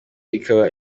ikaba